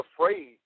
afraid